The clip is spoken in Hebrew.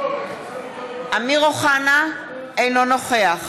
אינו נוכח